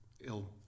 ill